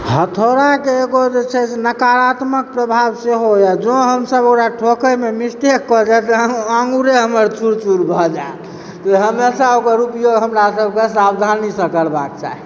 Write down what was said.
हथौड़ाके एगो जे छै से नकारात्मक प्रभाव सेहो यऽ जँ हमसब ओकरा ठोकैमे मिस्टेक कऽ जाइ तऽ आंगुरे हमर चूर चूर भए जाएत हमेशा ओकर उपयोग हमरा सबकेँ सावधानीसँ करबाक चाही